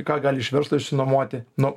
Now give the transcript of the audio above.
ką gali iš verslo išsinuomoti nuo